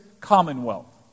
commonwealth